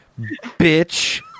bitch